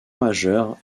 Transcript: majeure